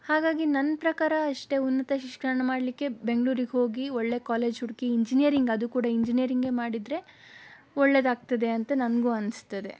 ಹಾಗಾಗಿ ನನ್ನ ಪ್ರಕಾರ ಎಷ್ಟೇ ಉನ್ನತ ಶಿಕ್ಷಣ ಮಾಡಲಿಕ್ಕೆ ಬೆಂಗಳೂರಿಗೆ ಹೋಗಿ ಒಳ್ಳೆಯ ಕಾಲೇಜ್ ಹುಡುಕಿ ಇಂಜಿನಿಯರಿಂಗ್ ಅದು ಕೂಡ ಇಂಜಿನಿಯರಿಂಗೇ ಮಾಡಿದರೆ ಒಳ್ಳೆಯದಾಗ್ತದೆ ಅಂತ ನನಗೂ ಅನ್ನಿಸ್ತದೆ